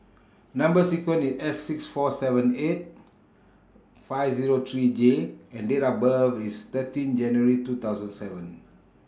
Number sequence IS S six four seven eight five Zero three J and Date of birth IS thirteen January two thousand and seven